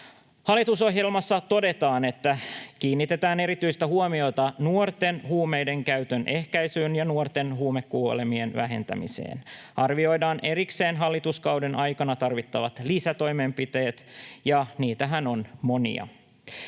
Hallitusohjelmassa todetaan, että kiinnitetään erityistä huomiota nuorten huumeiden käytön ehkäisyyn ja nuorten huumekuolemien vähentämiseen sekä arvioidaan erikseen hallituskauden aikana tarvittavat lisätoimenpiteet, ja niitähän on monia.